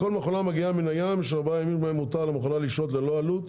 לכל מכולה המגיעה מן הים יש ארבעה ימים בהם מותר לשהות ללא עלות,